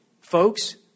folks